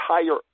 entire